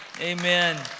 Amen